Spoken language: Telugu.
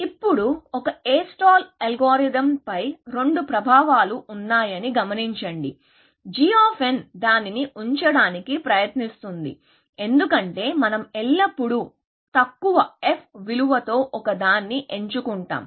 ఇప్పుడు ఒక A అల్గోరిథంపై రెండు ప్రభావాలు ఉన్నాయని గమనించండి g దానిని ఉంచడానికి ప్రయత్నిస్తుంది ఎందుకంటే మనం ఎల్లప్పుడూ తక్కువ f విలువతో ఒకదాన్ని ఎంచుకుంటాం